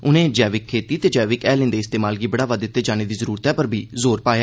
उनें जैविक खेती ते जैविक हैलें दे इस्तेमाल गी बढ़ावा दित्ते जाने दी जरूरतै पर बी जोर पाया